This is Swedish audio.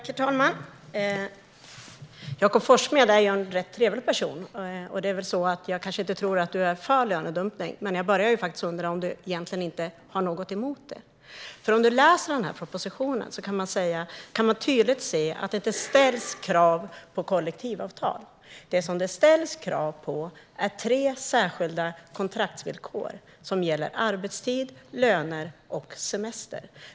Herr talman! Jakob Forssmed är en trevlig person, och jag tror kanske inte att han är för lönedumpning. Men jag börjar undra om han egentligen inte har något emot det. Läser man propositionen ser man tydligt att det inte ställs krav på kollektivavtal. De krav som ställs handlar om tre särskilda kontraktsvillkor som gäller arbetstid, lön och semester.